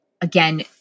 again